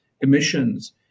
emissions